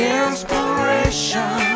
inspiration